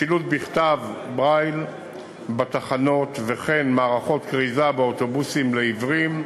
שילוט בכתב ברייל בתחנות וכן מערכות כריזה באוטובוסים לעיוורים,